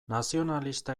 nazionalista